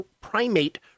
primate